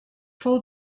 fou